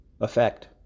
effect